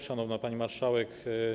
Szanowna Pani Marszałek!